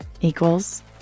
equals